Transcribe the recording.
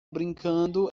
brincando